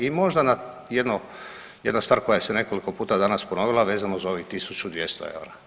I možda jedna stvar koja se nekoliko puta danas ponovila, a vezano uz ovih 1200 eura.